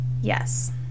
Yes